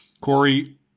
Corey